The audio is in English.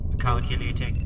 Calculating